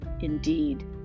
Indeed